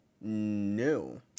no